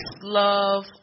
love